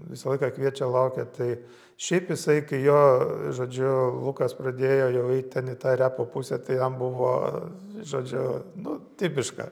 visą laiką kviečia laukia tai šiaip jisai kai jo žodžiu lukas pradėjo jau eit ten į tą repo pusę tai jam buvo žodžiu nu tipiška